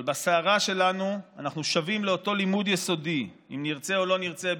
אבל בסערה שלנו אנחנו שבים לאותו לימוד יסודי: אם נרצה או לא נרצה,